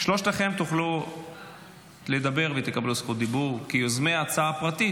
שלושתכם תוכלו לדבר ותקבלו זכות דיבור כיוזמי ההצעה הפרטית,